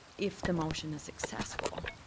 if the motion is successful,